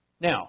Now